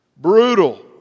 brutal